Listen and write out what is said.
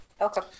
Okay